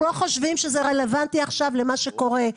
לא חושבים שזה רלוונטי עכשיו למה שקורה.